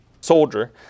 soldier